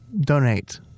donate